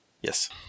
yes